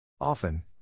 Often